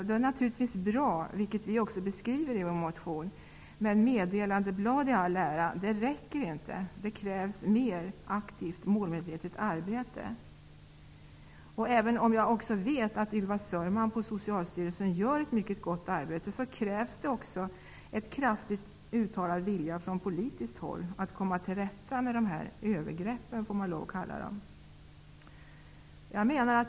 Det är naturligtvis bra, och det beskriver vi också i vår motion. Men meddelandeblad i all ära -- det räcker inte. Det krävs mer aktivt målmedvetet arbete. Även om jag vet att Ylva Sörman på Socialstyrelsen gör ett mycket gott arbete krävs det också en kraftigt uttalad vilja från politiskt håll att komma till rätta med dessa övergrepp -- det får vi nog lov att kalla dem.